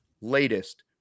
latest